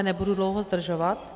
Nebudu dlouho zdržovat.